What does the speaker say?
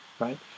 right